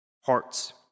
hearts